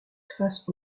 face